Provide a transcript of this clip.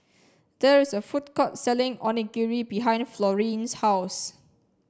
there is a food court selling Onigiri behind Florene's house